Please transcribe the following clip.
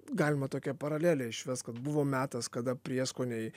galima tokią paralelę išvest kad buvo metas kada prieskoniai